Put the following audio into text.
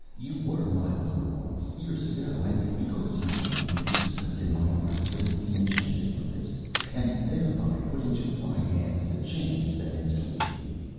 you were my lover once, years ago, and because you loved me, you slept in my arms beneath the enchanted lotus and thereby put into my hands the chains that enslaved you.